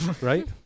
Right